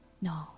No